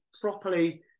properly